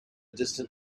distant